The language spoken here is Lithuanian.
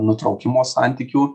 nutraukimo santykių